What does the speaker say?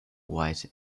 white